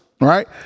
right